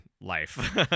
life